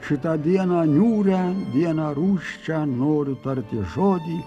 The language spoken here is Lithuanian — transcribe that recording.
šitą dieną niūrią vieną rūsčią noriu tarti žodį